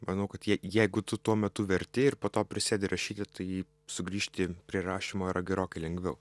manau kad jei jeigu tu tuo metu verti ir po to prisėdi rašyti tai sugrįžti prie rašymo yra gerokai lengviau